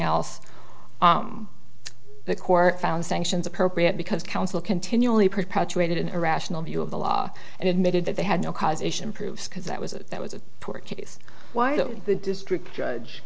else the court found sanctions appropriate because counsel continually perpetuated an irrational view of the law and admitted that they had no causation proof because that was a that was a court case why don't the district judge